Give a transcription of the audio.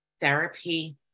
therapy